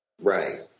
Right